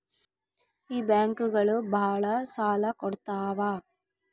ಈ ಬ್ಯಾಂಕುಗಳು ಭಾಳ ಸಾಲ ಕೊಡ್ತಾವ